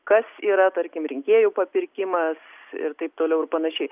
kas yra tarkim rinkėjų papirkimas ir taip toliau ir panašiai